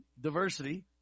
diversity